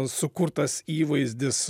sukurtas įvaizdis